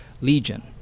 legion